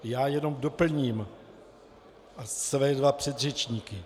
Já jenom doplním své dva předřečníky.